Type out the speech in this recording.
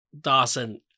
Dawson